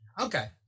Okay